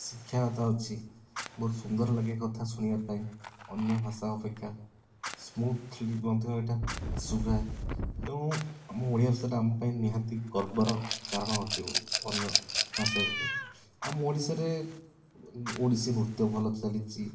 ଶିକ୍ଷାଗତ ଅଛି ବହୁତ ସୁନ୍ଦରଲାଗେ ଏକଥା ଶୁଣିବାପାଇଁ ଅନ୍ୟ ଭାଷା ଅପେକ୍ଷା ସ୍ମୁଥଲି ମଧ୍ୟ ଏଇଟା ଶୁଭେ ତେଣୁ ଆମ ଓଡ଼ିଆ ଭାଷାଟା ଆମପାଇଁ ନିହାତି ଗର୍ବର କାରଣ ଅଟିବ ଅନ୍ୟ ଭାଷା ଆମ ଓଡ଼ିଶାରେ ଓଡ଼ିଶୀ ନୃତ୍ୟ ଭଲ ଚାଲିଛି